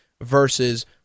versus